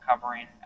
covering